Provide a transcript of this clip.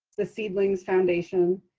the seedlings foundation,